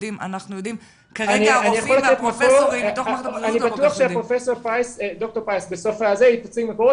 כרגע הרופאים והפרופסורים --- אני בטוח שד"ר פרייס תציג מקורות.